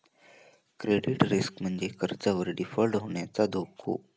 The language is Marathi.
क्रेडिट रिस्क म्हणजे कर्जावर डिफॉल्ट होण्याचो धोका